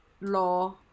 Law